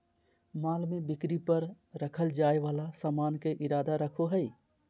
माल में बिक्री पर रखल जाय वाला सामान के इरादा रखो हइ